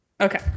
Okay